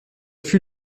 fut